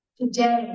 Today